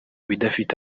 bidafite